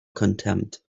contempt